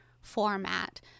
format